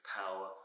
power